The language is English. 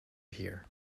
hear